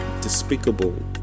despicable